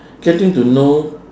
getting to know